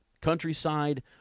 countryside